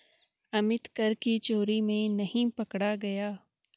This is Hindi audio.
अमित कर की चोरी में नहीं पकड़ा गया